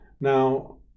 now